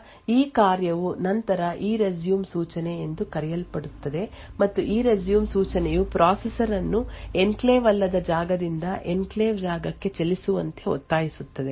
ಆದ್ದರಿಂದ ಈ ಕಾರ್ಯವು ನಂತರ ERESUME ಸೂಚನೆ ಎಂದು ಕರೆಯಲ್ಪಡುತ್ತದೆ ಮತ್ತು ERESUME ಸೂಚನೆಯು ಪ್ರೊಸೆಸರ್ ಅನ್ನು ಎನ್ಕ್ಲೇವ್ ಅಲ್ಲದ ಜಾಗದಿಂದ ಎನ್ಕ್ಲೇವ್ ಜಾಗಕ್ಕೆ ಚಲಿಸುವಂತೆ ಒತ್ತಾಯಿಸುತ್ತದೆ